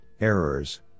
errors